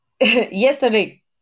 yesterday